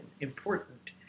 important